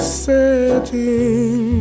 setting